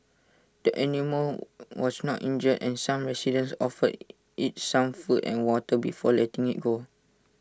the animal was not injured and some residents offered IT some food and water before letting IT go